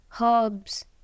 herbs